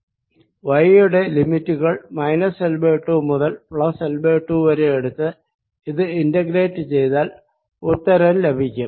y യുടെ ലിമിറ്റുകൾ L 2 മുതൽ L 2 വരെ എടുത്ത് ഇത് ഇന്റഗ്രേറ്റ് ചെയ്താൽ ഉത്തരം ലഭിക്കും